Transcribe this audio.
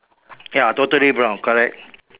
ya totally brown correct